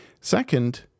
Second